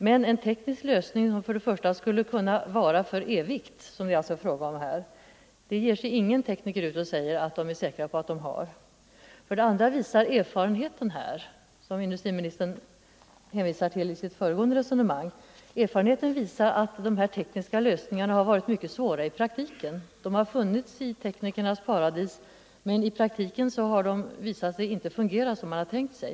Men för det första är det ingen tekniker som säger att man är säker på att ha en teknisk lösning som skulle kunna vara för evigt — vilket det är fråga om här. För det andra visar erfarenheten, som industriministern åberopade i sitt föregående resonemang, att dessa tekniska lösningar har varit mycket vanskliga i prak tiken. De har funnits i teknikernas paradis, men i praktiken har de visat Nr 131 sig inte fungera som man har tänkt sig.